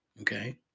okay